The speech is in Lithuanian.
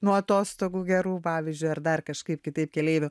nuo atostogų gerų pavyzdžiui ar dar kažkaip kitaip keleivių